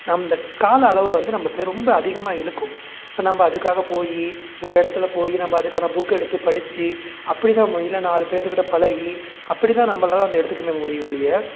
நம் இந்த கால அளவை வந்து நம்ப இப்போ ரொம்ப அதிகமாக இழுக்கும் இப்போ நம்ம அதுக்காக போய் ஒரு இடத்துல போய் நம்ப அதுக்கான புக்கை எடுத்து படிச்சு அப்படிதான் இல்லை நாலு பேர்த்துக்கிட்ட பழகி அப்படிதான் நம்பளால் அந்த எடுத்துக்குமே முடியும் ஒழிய